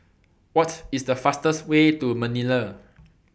What IS The fastest Way to Manila